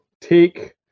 take